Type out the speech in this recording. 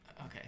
Okay